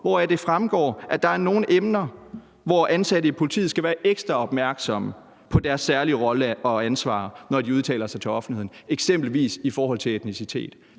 hvoraf det fremgår, at der er nogle emner, hvor ansatte i politiet skal være ekstra opmærksomme på deres særlige rolle og ansvar, når de udtaler sig til offentligheden, eksempelvis i forhold til etnicitet.